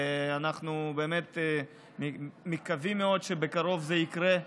ואנחנו באמת מקווים מאוד שבקרוב זה יקרה.